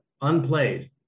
unplayed